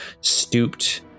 stooped